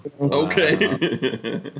Okay